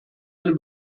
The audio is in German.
eine